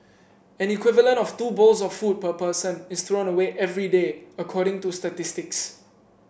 an equivalent of two bowls of food per person is thrown away every day according to statistics